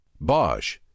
Bosch